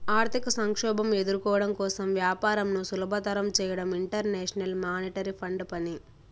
ఆర్థిక సంక్షోభం ఎదుర్కోవడం కోసం వ్యాపారంను సులభతరం చేయడం ఇంటర్నేషనల్ మానిటరీ ఫండ్ పని